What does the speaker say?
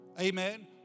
Amen